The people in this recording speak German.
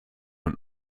und